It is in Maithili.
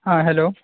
हॅं हेलो